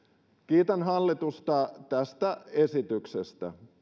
kiitän hallitusta tästä esityksestä